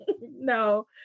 no